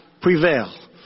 prevail